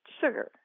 sugar